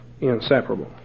inseparable